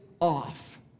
off